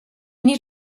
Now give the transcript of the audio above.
need